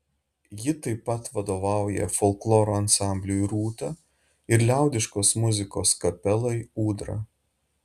ji taip pat vadovauja folkloro ansambliui rūta ir liaudiškos muzikos kapelai ūdra